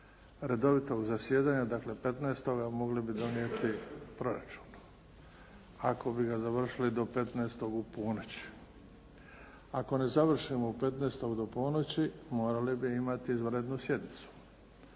redovitog zasjedanja, dakle 15. mogli bi donijeti proračun ako bi ga završili do 15. u ponoć. Ako ne završimo 15. do ponoći, morali bi imati izvanrednu sjednicu.